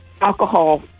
alcohol